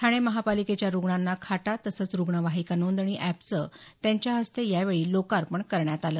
ठाणे महापालिकेच्या रुग्णांना खाटा तसंच रुग्णवाहिका नोंदणी एपचं त्यांच्या हस्ते यावेळी लोकार्पण करण्यात आलं